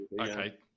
Okay